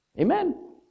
Amen